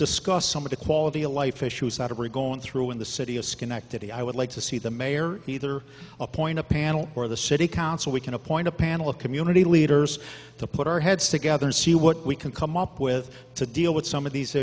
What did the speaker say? discuss some of the quality of life issues that every going through in the city of schenectady i would like to see the mayor either appoint a panel or the city council we can appoint a panel of community leaders to put our heads together and see what we can come up with to deal with some of these